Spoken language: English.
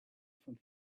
from